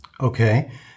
Okay